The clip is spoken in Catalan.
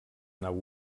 nau